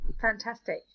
fantastic